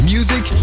Music